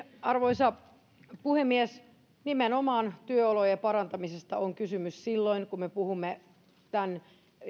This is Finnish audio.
arvoisa puhemies nimenomaan työolojen parantamisesta on kysymys silloin kun me puhumme tämän